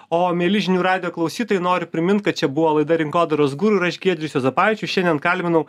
o mieli žinių radijo klausytojai noriu primint kad čia buvo laida rinkodaros guru ir aš giedrius juozapavičius šiandien kalbinau